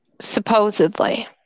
Supposedly